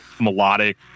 melodic